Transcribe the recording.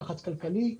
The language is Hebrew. בלחץ כלכלי,